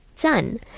done